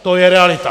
To je realita!